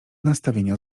nastawienia